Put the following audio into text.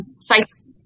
sites